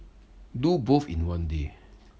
do both in one day